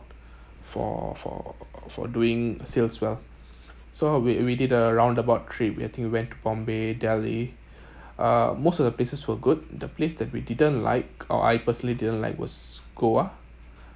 for for for doing sales well so we we did a round about trip i think we went to bombay delhi uh most of the places were good the place that we didn't like or I personally didn't like was goa